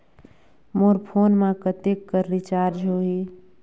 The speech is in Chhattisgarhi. मोर फोन मा कतेक कर रिचार्ज हो ही?